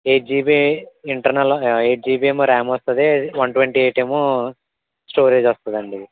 eight GB internal eight GB ఏమో RAM వస్తుంది one twenty eight ఏమో స్టోరేజి వస్తుందండి